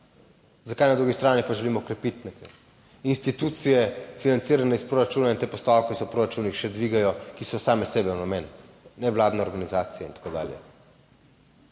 Zakaj na drugi strani pa želimo krepiti neke institucije, financiranje iz proračuna in te postavke se v proračunih še dvigajo, ki so same sebi namen, nevladne organizacije in tako dalje?